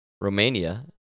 Romania